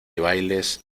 bailes